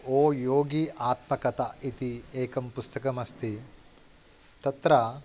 ओ योगी आत्मकथा इति एकं पुस्तकम् अस्ति तत्र